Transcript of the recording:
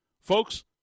Folks